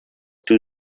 too